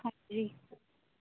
ਹਾਂਜੀ